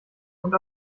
und